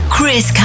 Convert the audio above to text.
Chris